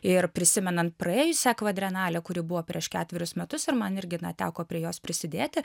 ir prisimenant praėjusią kvadrenalę kuri buvo prieš ketverius metus ir man irgi na teko prie jos prisidėti